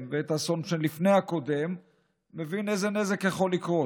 ואת האסון שלפני הקודם מבין איזה נזק יכול לקרות.